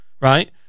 right